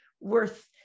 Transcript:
worth